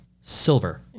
silver